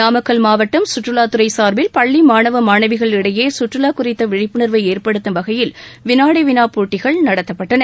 நாமக்கல் மாவட்டம் சுற்றுலா துறை சார்பில் பள்ளி மாணவ மாணவிகள் இடையே சுற்றுலா குறித்த விழிப்புணா்வை ஏற்படுத்தும் வகையில் வினாடி வினா போட்டிகள் நடத்தப்பட்டன